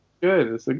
Good